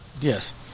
Yes